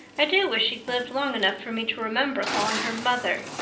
i do wish she'd lived long enough for me to remember calling her mother.